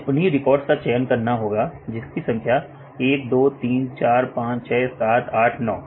जी हां केवल उन्हीं रिकॉर्ड्स का चयन करना है जिसकी संख्या 1 2 3 4 5 6 7 8 9